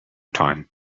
time